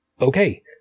okay